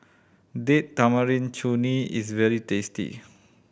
Date Tamarind Chutney is very tasty